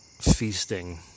feasting